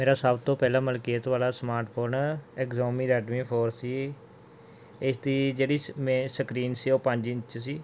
ਮੇਰਾ ਸਭ ਤੋਂ ਪਹਿਲਾ ਮਲਕੀਅਤ ਵਾਲਾ ਸਮਾਟਫੋਨ ਐਗਜੋਮੀ ਰੈਡਮੀ ਫੋਰ ਸੀ ਇਸਦੀ ਜਿਹੜੀ ਸ ਮੇ ਸਕਰੀਨ ਸੀ ਉਹ ਪੰਜ ਇੰਚ ਸੀ